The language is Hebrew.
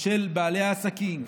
של בעלי העסקים,